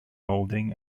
molding